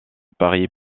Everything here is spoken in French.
paris